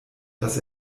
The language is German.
dass